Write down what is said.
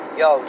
yo